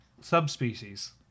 subspecies